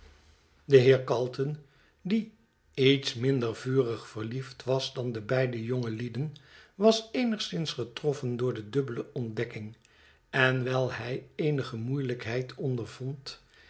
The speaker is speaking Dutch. de heer calton die iets minder vurig verliefd was dan de beide jongelieden was eenigszins getroffen door de dubbeie ontdekking en wijl hij eenige moeielijkheid